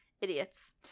idiots